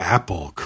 Apple